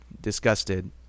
disgusted